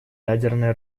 ядерное